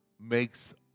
makes